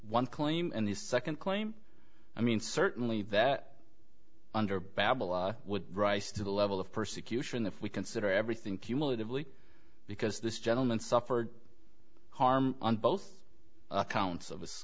one claim and his second claim i mean certainly that under babylon would rise to the level of persecution if we consider everything cumulatively because this gentleman suffered harm on both counts of